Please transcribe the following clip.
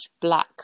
black